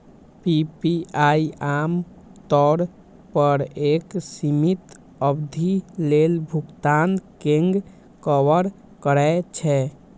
PPI आम तौर पर एक सीमित अवधि लेल भुगतान कें कवर करै छै